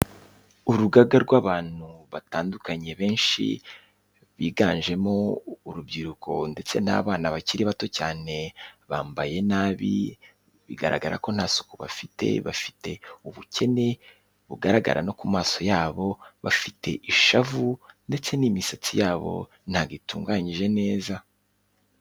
Urugaga rw'abantu batandukanye benshi, biganjemo urubyiruko ndetse n'abana bakiri bato cyane, bambaye nabi, bigaragara ko nta suku bafite, bafite ubukene bugaragara no ku maso yabo, bafite ishavu, ndetse n'imisatsi yabo ntabwo itunganyije neza.